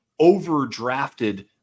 overdrafted